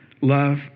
love